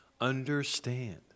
Understand